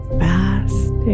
fast